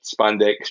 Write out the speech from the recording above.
spandex